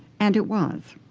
and it was.